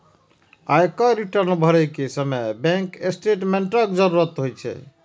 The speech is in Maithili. आयकर रिटर्न भरै के समय बैंक स्टेटमेंटक जरूरत होइ छै